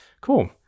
cool